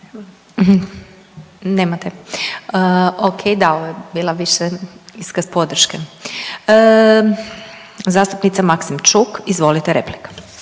nemate, okej da, bila je više iskaz podrške. Zastupnica Maksimčuk, izvolite replika.